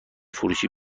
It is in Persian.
فروشی